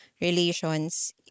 relations